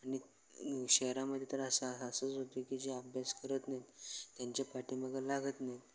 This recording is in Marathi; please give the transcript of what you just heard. आणि शहरामध्ये तर असा असंच होतं की जे अभ्यास करत नाहीत त्यांच्या पाठीमागं लागत नाहीत